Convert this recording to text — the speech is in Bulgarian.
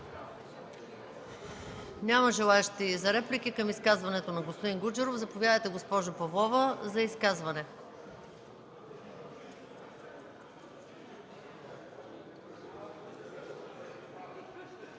Няма желаещи за реплики към изказването на господин Гуджеров. Заповядайте, госпожо Павлова, за изказване.